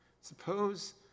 Suppose